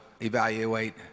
evaluate